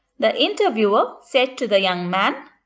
the interviewer said to the young man,